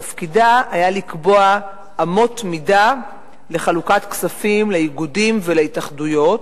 תפקידה היה לקבוע אמות מידה לחלוקת כספים לאיגודים ולהתאחדויות.